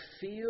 feel